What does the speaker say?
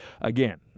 again